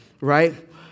Right